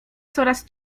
coraz